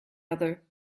other